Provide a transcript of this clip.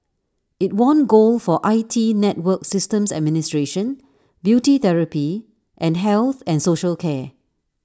IT won gold for I T network systems administration beauty therapy and health and social care